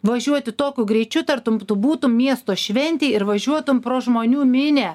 važiuoti tokiu greičiu tartum tu būtum miesto šventėj ir važiuotum pro žmonių minią